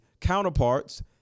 counterparts